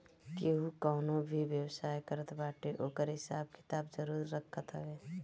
केहू कवनो भी व्यवसाय करत बाटे ओकर हिसाब किताब जरुर रखत हवे